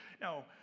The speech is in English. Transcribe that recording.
No